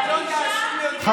את לא תאשימי אותי במיזוגניה,